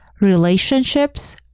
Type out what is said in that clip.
relationships